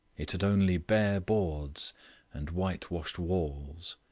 it had only bare boards and whitewashed walls.